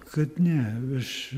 kad ne aš